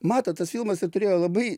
matot tas filmas ir turėjo labai